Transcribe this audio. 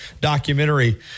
documentary